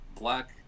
Black